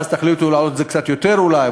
ואז תחליטו להעלות את זה קצת יותר אולי,